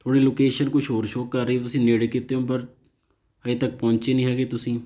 ਤੁਹਾਡੀ ਲੋਕੇਸ਼ਨ ਕੁਛ ਹੋਰ ਸ਼ੋਅ ਕਰ ਰਹੇ ਤੁਸੀਂ ਨੇੜੇ ਕੀਤੇ ਹੋ ਪਰ ਹਜੇ ਤੱਕ ਪਹੁੰਚੇ ਨਹੀਂ ਹੈਗੇ ਤੁਸੀਂ